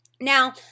Now